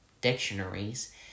dictionaries